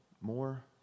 more